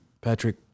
Patrick